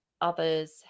others